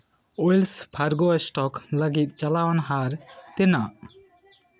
wheels Fargo stock ᱞᱟᱹᱜᱤᱫ ᱪᱟᱞᱟᱣᱮᱱ ᱦᱟᱨ ᱛᱮᱱᱟᱜ